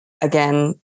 again